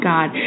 God